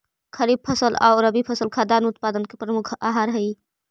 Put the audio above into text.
खरीफ फसल आउ रबी फसल खाद्यान्न उत्पादन के मुख्य आधार हइ